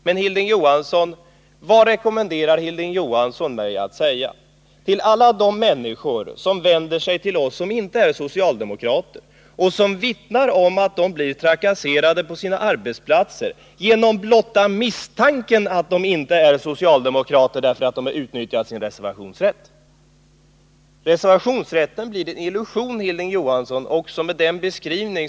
Men, Hilding Johansson, vad rekommenderar Hilding Johansson mig och andra att säga till alla de människor som vänder sig till oss och vittnar om att de blir trakasserade på sina arbetsplatser på blotta misstanken att de inte är socialdemokrater, därför att de har utnyttjat sin reservationsrätt? Reservationsrätten blir en illusion, Hilding Johansson, också med den beskrivning .